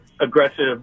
aggressive